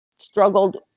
struggled